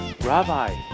rabbi